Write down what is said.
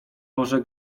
może